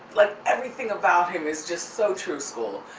like everything about him is just so true school.